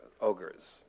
ogres